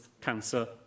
Cancer